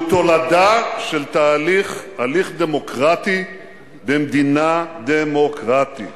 הוא תולדה של הליך דמוקרטי במדינה דמוקרטית.